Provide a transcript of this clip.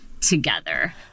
together